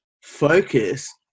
focus